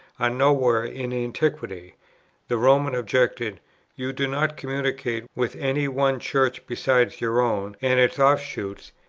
are nowhere in antiquity the roman objected you do not communicate with any one church besides your own and its offshoots,